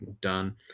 done